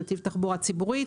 נתיבי תחבורה ציבורית.